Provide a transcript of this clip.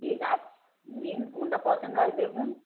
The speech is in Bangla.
ঠিক আছে নিন কোনটা পছন্দ হয় দেখুন